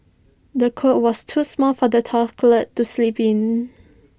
the cot was too small for the toddler to sleep in